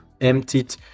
emptied